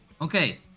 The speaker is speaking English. Okay